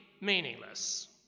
meaningless